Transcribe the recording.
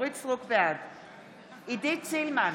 עידית סילמן,